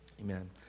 Amen